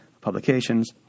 publications